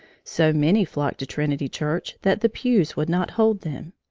so many flocked to trinity church that the pews would not hold them.